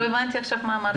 לא הבנתי מה אמרת.